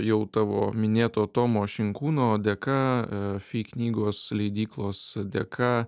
jau tavo minėto tomo šinkūno dėka fi knygos leidyklos dėka